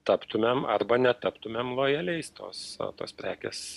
taptumėm arba netaptumėm lojaliais tos tos prekės